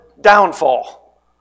downfall